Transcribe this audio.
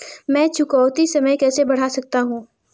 मैं चुकौती समय कैसे बढ़ा सकता हूं?